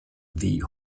wie